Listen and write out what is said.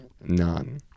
None